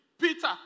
Peter